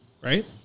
right